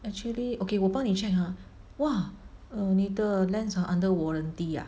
actually okay 我帮你 check !huh! !wah! 你的 lens ah under warranty ah